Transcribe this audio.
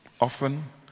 often